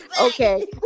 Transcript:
okay